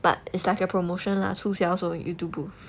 but it's like a promotion lah 促销 so you to book